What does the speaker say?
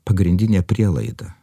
pagrindinė prielaida